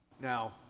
Now